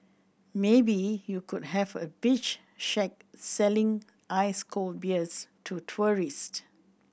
maybe you could have a beach shack selling ice cold beers to tourist